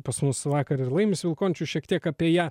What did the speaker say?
pas mus vakar ir laimis vilkončius šiek tiek apie ją